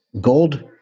gold